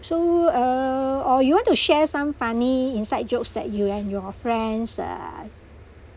so uh or you want to share some funny inside jokes that you and your friend